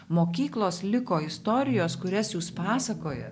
mokyklos liko istorijos kurias jūs pasakojat